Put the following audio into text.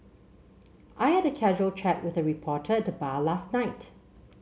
I had a casual chat with a reporter at the bar last night